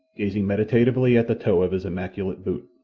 gazing meditatively at the toe of his immaculate boot.